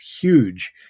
huge